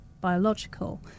biological